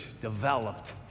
developed